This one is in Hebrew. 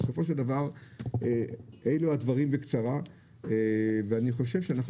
בסופו של דבר אלו הדברים בקצרה ואני חושב שאנחנו